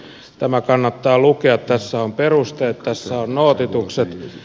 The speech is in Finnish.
tämä kannattaa lukea tässä on perusteet tässä on nootitukset